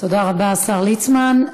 תודה רבה, השר ליצמן.